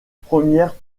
premières